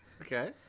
Okay